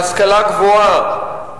בהשכלה גבוה,